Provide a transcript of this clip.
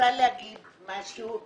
רוצה להגיד משהו.